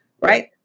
right